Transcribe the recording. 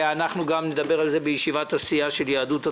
אנחנו גם נדבר על זה בישיבת הסיעה של יהדות התורה.